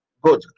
good